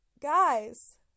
guys